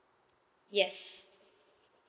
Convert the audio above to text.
yes